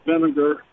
vinegar